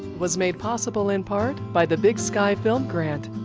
was made possible in part by the big sky film grant.